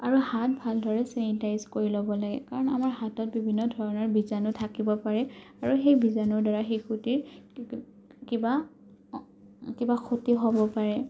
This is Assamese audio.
আৰু হাত ভালদৰে চেনিটাইজ কৰি ল'ব লাগে কাৰণ আমাৰ হাতত বিভিন্ন ধৰণৰ বীজাণু থাকিব পাৰে আৰু সেই বীজাণুৰ দ্বাৰা শিশুটিৰ কিবা কিবা ক্ষতি হ'ব পাৰে